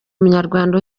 umunyarwanda